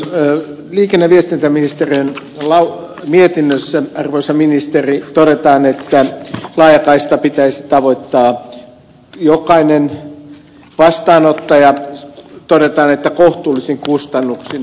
liikenne ja viestintäministeriön mietinnössä arvoisa ministeri todetaan että laajakaistan pitäisi tavoittaa jokainen vastaanottaja kohtuullisin kustannuksin